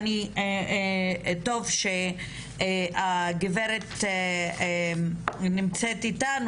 וטוב שהגברת נמצאת איתנו,